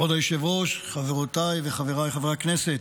כבוד היושב-ראש, חברותיי וחבריי חברי הכנסת,